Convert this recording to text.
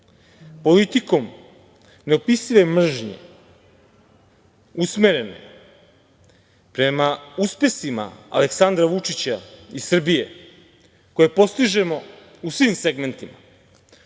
politikom neopisive mržnje usmerene prema uspesima Aleksandra Vučića i Srbije, koje postižemo u svim segmentima. Odgovornom,